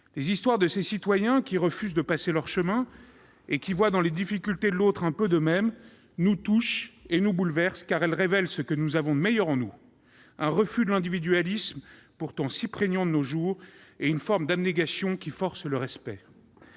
Les histoires de ces citoyens qui refusent de passer leur chemin et qui voient dans les difficultés de l'autre un peu d'eux-mêmes nous touchent et nous bouleversent, car elles révèlent ce que nous avons de meilleur en nous : un refus de l'individualisme pourtant si prégnant de nos jours et une forme d'abnégation qui force le respect.